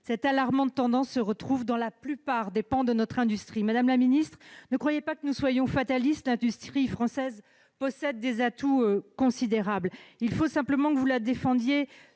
tendance alarmante, se retrouvent dans la plupart des pans de notre industrie. Madame la secrétaire d'État, ne croyez pas que nous soyons fatalistes. L'industrie française possède des atouts considérables. Il faut simplement que vous la défendiez